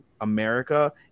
America